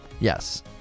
Yes